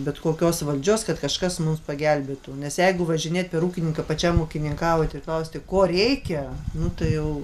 bet kokios valdžios kad kažkas mums pagelbėtų nes jeigu važinėt per ūkininką pačiam ūkininkaujant ir klausti ko reikia nu tai jau